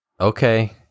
Okay